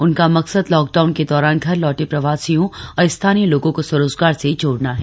उनका मकसद लॉकडाउन के दौरान घर लौटे प्रवासियों और स्थानीय लोगों को स्वरोजगार से जोड़ना है